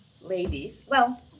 ladies—well